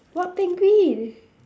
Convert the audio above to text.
what penguin